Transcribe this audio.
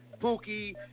Pookie